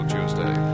Tuesday